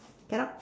cadog